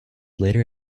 later